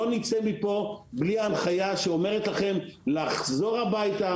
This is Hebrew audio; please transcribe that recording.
לא נצא מפה בלי הנחיה שאומרת לכם לחזור הביתה,